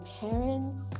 parents